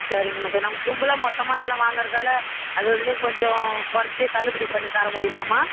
சரிங்க அம்மா நாங்கள் கும்பலாக மொத்தமாக எல்லாம் வாங்கறதால் அததுலையும் கொஞ்சம் குறச்சி தள்ளுபடி பண்ணி தரமுடியுமாம்மா